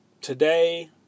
Today